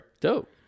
dope